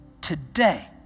today